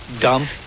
dumb